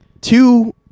two